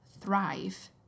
thrive